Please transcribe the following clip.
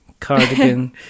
cardigan